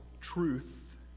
truth